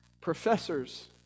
professors